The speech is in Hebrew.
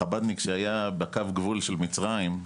חב"דניק שהיה בקו גבול של מצריים,